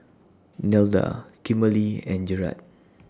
Nelda Kimberlie and Jerrad